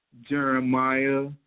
Jeremiah